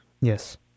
Yes